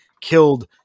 killed